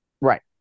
Right